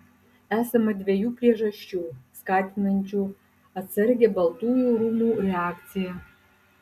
esama dviejų priežasčių skatinančių atsargią baltųjų rūmų reakciją